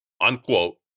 Unquote